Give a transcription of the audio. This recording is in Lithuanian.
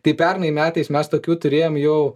tai pernai metais mes tokių turėjom jau